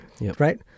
right